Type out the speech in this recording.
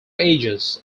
edges